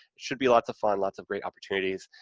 should be lots of fun, lots of great opportunities,